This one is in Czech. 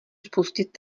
spustit